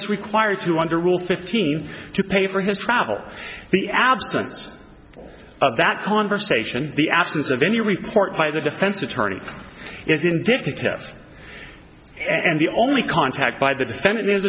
is required to under will fifteen to pay for his travel the absence of that conversation the absence of any report by the defense attorney is indicative and the only contact by the defendant his